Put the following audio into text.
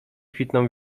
kwitną